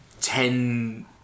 ten